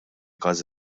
każ